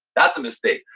that's a mistake.